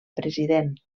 president